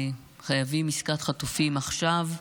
חייבים עסקת חטופים עכשיו,